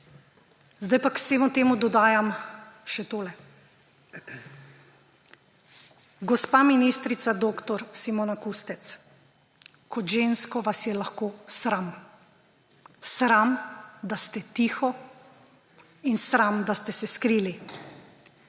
Zdaj pa k vsemu temu dodajam še tole. Gospa ministrica dr. Simona Kustec, kot žensko vas je lahko sram; sram, da ste tiho in sram, da ste se skrili,